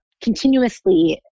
continuously